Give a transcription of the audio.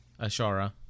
Ashara